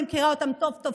אני מכירה אותם טוב טוב,